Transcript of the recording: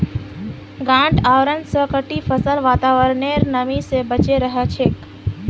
गांठ आवरण स कटी फसल वातावरनेर नमी स बचे रह छेक